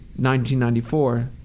1994